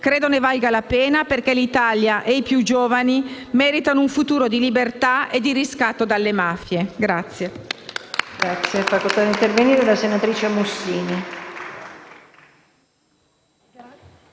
Credo ne valga la pena, perché l'Italia e i più giovani meritano un futuro di libertà e di riscatto dalle mafie.